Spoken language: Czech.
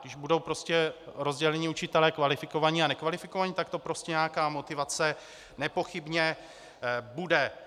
Když budou rozděleni učitelé kvalifikovaní a nekvalifikovaní, tak to prostě nějaká motivace nepochybně bude.